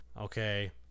okay